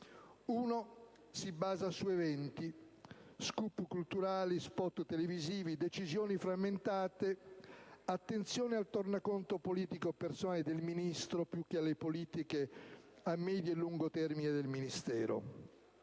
Uno si basa su eventi, *scoop* culturali, *spot* televisivi, decisioni frammentate, attenzione al tornaconto politico personale del Ministro, più che alle politiche a medio e lungo termine del Ministero.